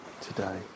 today